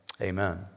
amen